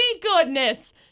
goodness